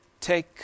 Take